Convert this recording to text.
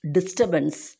Disturbance